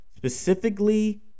specifically